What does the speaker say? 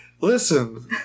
listen